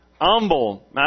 Humble